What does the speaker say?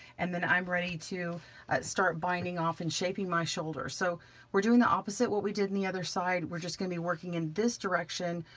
and then i'm ready to start binding off and shaping my shoulder. so we're doing the opposite what we did on the other side, we're just gonna be working in this direction.